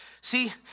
See